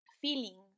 feeling